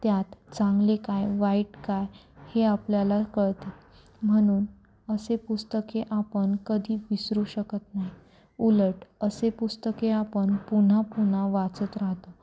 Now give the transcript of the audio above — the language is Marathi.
त्यात चांगले काय वाईट काय हे आपल्याला कळते म्हणून असे पुस्तके आपण कधी विसरू शकत नाही उलट असे पुस्तके आपण पुन्हा पुन्हा वाचत राहतो